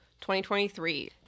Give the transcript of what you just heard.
2023